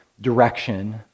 direction